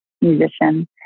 musician